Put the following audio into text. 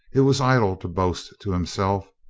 it was idle to boast to himself.